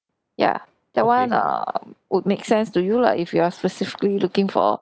ya that one um would make sense to you lah if you are specifically looking for